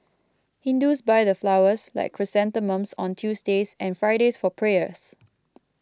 hindus buy the flowers like chrysanthemums on Tuesdays and Fridays for prayers